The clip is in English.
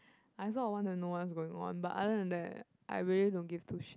I also want to know what's going on but other than that I really don't give two shit